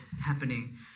happening